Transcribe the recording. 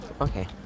Okay